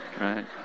Right